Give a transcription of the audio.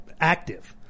active